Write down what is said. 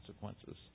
consequences